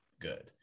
good